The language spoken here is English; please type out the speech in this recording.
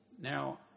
now